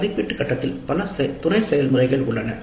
மதிப்பீட்டு கட்டத்தில் பல துணை செயல்முறைகள் உள்ளன